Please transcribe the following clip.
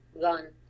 gun